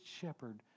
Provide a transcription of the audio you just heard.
shepherd